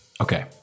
Okay